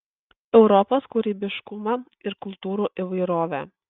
europos kūrybiškumą ir kultūrų įvairovę